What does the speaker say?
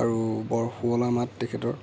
আৰু বৰ শুৱলা মাত তেখেতৰ